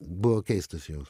buvo keistas jaus